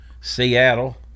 seattle